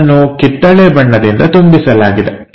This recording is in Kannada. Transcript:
ಅದನ್ನು ಕಿತ್ತಳೆ ಬಣ್ಣದಿಂದ ತುಂಬಿಸಲಾಗಿದೆ